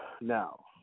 now